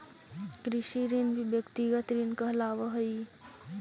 कृषि ऋण भी व्यक्तिगत ऋण कहलावऽ हई